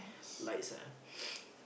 lights ah